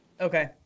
Okay